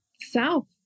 South